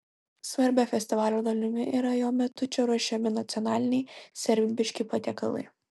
svarbia festivalio dalimi yra jo metu čia ruošiami nacionaliniai serbiški patiekalai